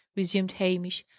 resumed hamish.